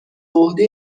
عهده